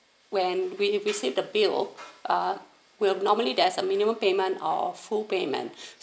when we receive the bill uh will normally there's a minimum payment or full payment